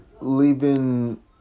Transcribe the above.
leaving